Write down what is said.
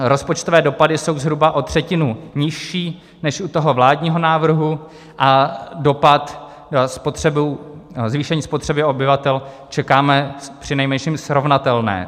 Rozpočtové dopady jsou zhruba o třetinu nižší než u toho vládního návrhu, a dopad, zvýšení spotřeby obyvatel čekáme přinejmenším srovnatelné.